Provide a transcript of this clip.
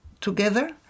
together